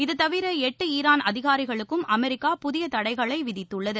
இது தவிர எட்டு ஈரான் அதிகாரிகளுக்கும் அமெரிக்கா புதிய தடைகளை விதித்துள்ளது